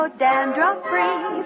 dandruff-free